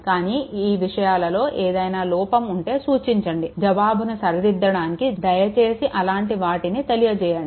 కానీ ఈ విషయాలలో ఏదైనా లోపం ఉంటే సూచించండి జవాబును సరిదిద్దడానికి దయచేసి అలాంటి వాటిని తెలియజేయండి